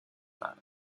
that